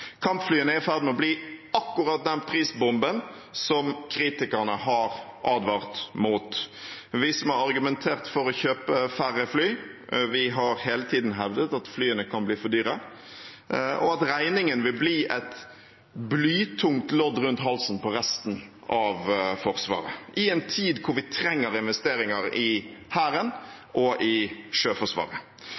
er i ferd med å bli akkurat den prisbomben som kritikerne har advart mot. Vi som har argumentert for å kjøpe færre fly, har hele tiden hevdet at flyene kan bli for dyre, og at regningen vil bli et blytungt lodd rundt halsen på resten av Forsvaret, i en tid hvor vi trenger investeringer i Hæren og i Sjøforsvaret.